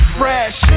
fresh